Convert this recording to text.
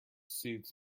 soothes